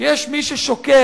שיש מי ששוקל,